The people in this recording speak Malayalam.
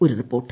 ഒരു റിപ്പോർട്ട്